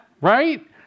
Right